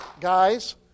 guys